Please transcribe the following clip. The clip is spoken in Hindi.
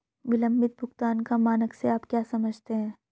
विलंबित भुगतान का मानक से आप क्या समझते हैं?